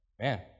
man